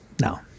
no